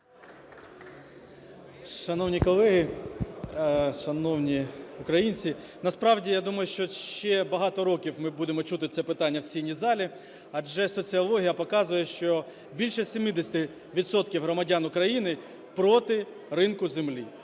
Шановні колеги, шановні українці, насправді я думаю, що ще багато років ми будемо чути це питання в сесійній залі, адже соціологія показує, що більше 70 відсотків громадян України проти ринку землі.